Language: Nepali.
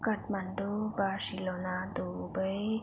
Kathmandu Barcelona Dubai